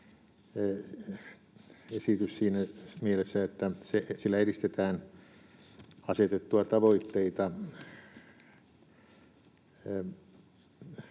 esitys siinä mielessä, että sillä edistetään asetettuja tavoitteita